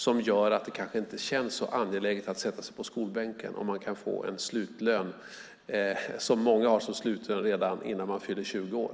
Det känns kanske inte så angeläget att sätta sig på skolbänken om man redan innan man fyller 20 år kan få en lön som många har som slutlön.